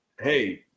hey